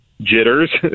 jitters